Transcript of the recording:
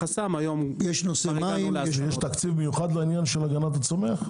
יש תקציב מיוחד לעניין של הגנת הצומח?